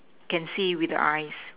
can see with the eyes